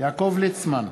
יעקב ליצמן,